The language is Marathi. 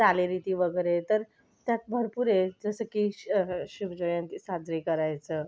चालीरीती वगैरे तर त्यात भरपूर आहे जसं की शिवजयंती साजरी करायचं